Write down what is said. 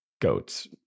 goats